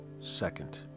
second